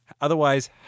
Otherwise